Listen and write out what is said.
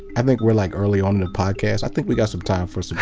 i think we're like early on in the podcast. i think we've got some time for so